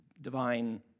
divine